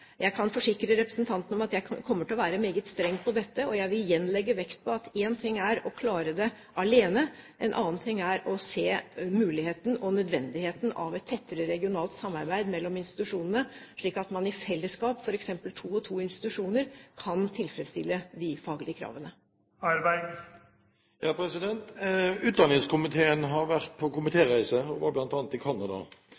Jeg kan forsikre representanten om at jeg kommer til å være meget streng på dette, og jeg vil igjen legge vekt på at én ting er å klare det alene, en annen ting er å se muligheten for og nødvendigheten av et tettere regionalt samarbeid mellom institusjonene, slik at man i fellesskap, f.eks. to og to institusjoner, kan tilfredsstille de faglige kravene. Utdanningskomiteen har vært på